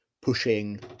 pushing